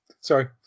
sorry